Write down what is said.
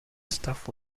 stuff